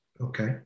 okay